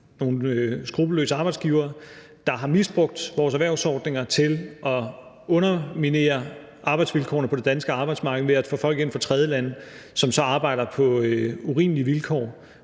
nogle skruppelløse arbejdsgivere, der har misbrugt vores erhvervsordninger til at underminere arbejdsvilkårene på det danske arbejdsmarked ved at få folk ind fra tredjelande, som så arbejder på urimelige vilkår